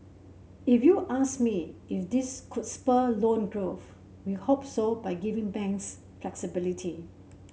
if you ask me if this could spur loan growth we hope so by giving banks flexibility